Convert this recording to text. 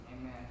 Amen